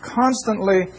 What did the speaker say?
constantly